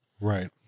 Right